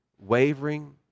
wavering